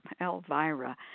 Elvira